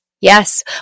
Yes